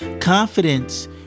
Confidence